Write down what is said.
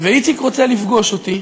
ואיציק רוצה לפגוש אותי,